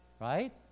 Right